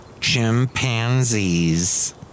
Chimpanzees